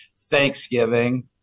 Thanksgiving